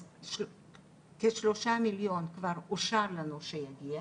אז כשלושה מיליון כבר אושר לנו שיגיע